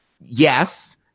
Yes